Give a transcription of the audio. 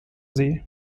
sie